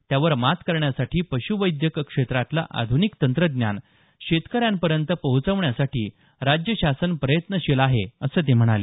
त्यावर मात करण्यासाठी पश्वैद्यक क्षेत्रातलं आध्निक तंत्रज्ञान शेतकऱ्यांपर्यंत पोहोचण्यासाठी राज्य शासन प्रयत्नशील आहे असं ते म्हणाले